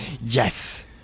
Yes